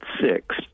six